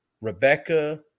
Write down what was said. Rebecca